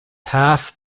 half